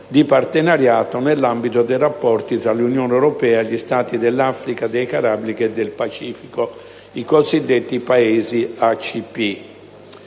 di partenariato nell'ambito dei rapporti tra l'Unione europea e gli Stati dell'Africa, dei Caraibi e del Pacifico (i cosiddetti Paesi ACP).